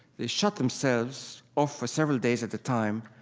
they shut themselves off for several days at a time,